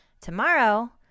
tomorrow